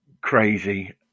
crazy